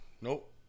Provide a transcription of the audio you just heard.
Nope